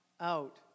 out